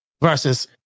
versus